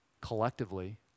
collectively